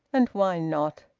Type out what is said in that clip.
and why not?